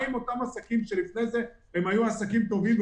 מה עם אותם עסקים שלפני זה הם היו עסקים טובים,